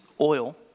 oil